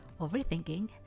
overthinking